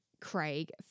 Craig